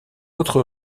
autre